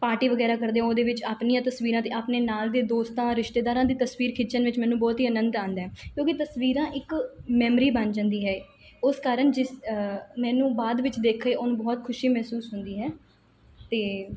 party ਵਗੈਰਾ ਕਰਦੇ ਉਹਦੇ ਵਿੱਚ ਆਪਣੀਆਂ ਤਸਵੀਰਾਂ ਅਤੇ ਆਪਣੇ ਨਾਲ ਦੇ ਦੋਸਤਾਂ ਰਿਸ਼ਤੇਦਾਰਾਂ ਦੀ ਤਸਵੀਰ ਖਿੱਚਣ ਵਿੱਚ ਮੈਨੂੰ ਬਹੁਤ ਹੀ ਆਨੰਦ ਆਉਂਦਾ ਕਿਉਂਕਿ ਤਸਵੀਰਾਂ ਇੱਕ ਮੈਮਰੀ ਬਣ ਜਾਂਦੀ ਹੈ ਉਸ ਕਾਰਨ ਜਿਸ ਮੈਨੂੰ ਬਾਅਦ ਵਿੱਚ ਦੇਖ ਕੇ ਉਹਨੂੰ ਬਹੁਤ ਖੁਸ਼ੀ ਮਹਿਸੂਸ ਹੁੰਦੀ ਹੈ ਅਤੇ